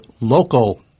local